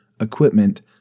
equipment